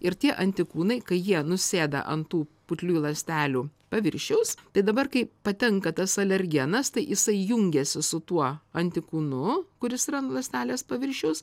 ir tie antikūnai kai jie nusėda ant tų putliųjų ląstelių paviršiaus tai dabar kai patenka tas alergenas tai jisai jungiasi su tuo antikūnu kuris yra ant ląstelės paviršiaus